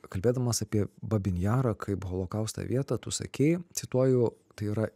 kalbėdamas apie babyn jarą kaip holokaustą vietą tu sakei cituoju tai yra